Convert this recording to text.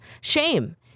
shame